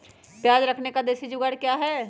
प्याज रखने का देसी जुगाड़ क्या है?